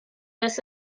this